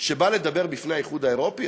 שבא לדבר לפני האיחוד האירופי?